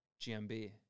GMB